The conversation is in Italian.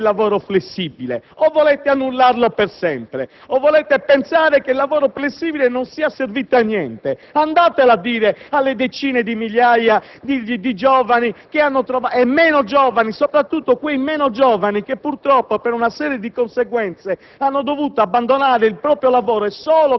E ancora: vogliamo intervenire, una volta per sempre, sul lavoro flessibile? O volete annullarlo per sempre e pensare che non sia servito a niente? Andatelo a dire alle decine di migliaia di giovani e meno giovani, soprattutto quei meno giovani